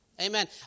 amen